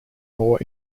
more